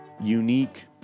unique